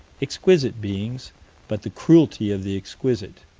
exquisite beings but the cruelty of the exquisite.